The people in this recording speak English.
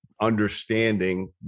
understanding